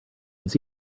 his